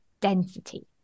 density